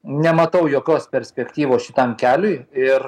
nematau jokios perspektyvos šitam keliui ir